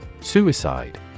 Suicide